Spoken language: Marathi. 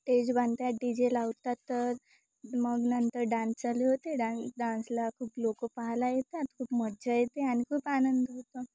टेज बांधतात डी जे लावतात तर मग नंतर डान्स चालू होते डान्स डान्सला खूप लोकं पाहायला येतात खूप मज्जा येते आणि खूप आनंद होतो